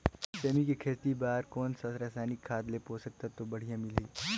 सेमी के खेती बार कोन सा रसायनिक खाद ले पोषक तत्व बढ़िया मिलही?